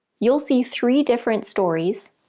you'll see three different stories,